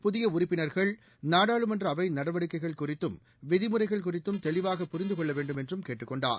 புதிய உறுப்பினர்கள் நாடாளுமன்ற அவை நடவடிக்கைகள் குறித்தும் விதிமுறைகள் குறித்தும் தெளிவாக புரிந்து கொள்ள வேண்டும் என்றும் கேட்டுக் கொண்டார்